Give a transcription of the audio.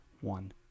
one